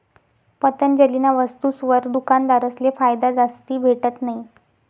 पतंजलीना वस्तुसवर दुकानदारसले फायदा जास्ती भेटत नयी